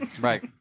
right